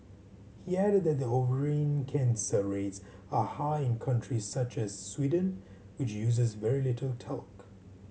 he added that ovarian cancer rates are high in countries such as Sweden which uses very little talc